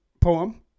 poem